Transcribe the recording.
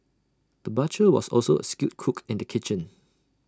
the butcher was also A skilled cook in the kitchen